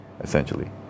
essentially